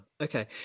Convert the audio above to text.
okay